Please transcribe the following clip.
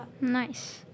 Nice